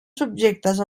subjectes